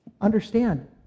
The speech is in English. understand